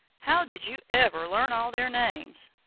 how did you ever learn all their names?